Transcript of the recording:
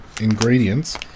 ingredients